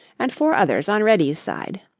and four others on reddy's side.